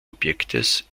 objektes